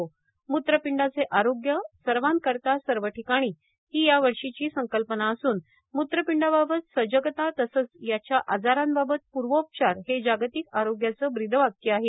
मूत्रपिंडाचे आरोग्य सर्वांकरिता सर्वठिकाणी ही या वर्षीची संकल्पना असून मुत्रपिंडाबाबत सजगता तसंच याच्या आजारांबाबत पुर्वोपचार हे जागतिक आरोग्याचं ब्रीद वाक्य आहे